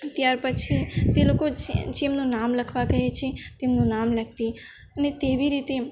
ત્યાર પછી તે લોકો જેમનું નામ લખવા કહે છે તેમનું નામ લખતી અને તેવી રીતે